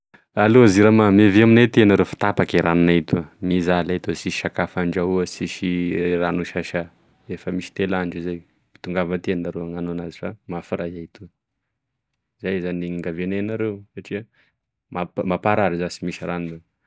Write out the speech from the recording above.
Allo jirama miavia aminay ety enareo fa tapaky e ranonay etoa mizaly ay etoa sisy sakafo andrahoa sisy rano isasa efa misy telp andro izay tongava aty anareo anano azy fa mafy r'hay iahy etoa zay zany gne iangavianay anareo satria map- mamparary za sy misy rano za.